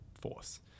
force